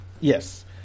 Yes